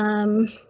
um.